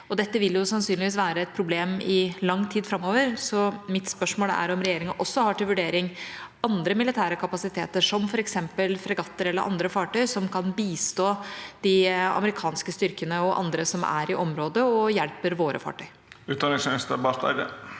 Dette vil sannsynligvis være situasjonen i lang tid framover. Så mitt spørsmål er om regjeringa også har til vurdering andre militære kapasiteter, som f.eks. fregatter eller andre fartøy, som kan bistå de amerikanske styrkene og andre som er i området og hjelper våre fartøy.